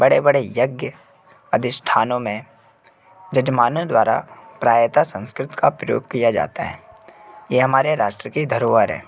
बड़े बड़े यज्ञ अदिष्ठानों में यजमानों द्वारा प्रायतः संस्कृत का प्रयोग किया जाता है ये हमारे राष्ट्र की धरोहर है